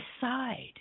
decide